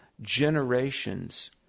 generations